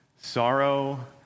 Sorrow